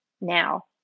now